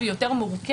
והיא יותר מורכבת,